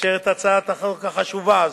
לאשר את הצעת החוק החשובה הזאת,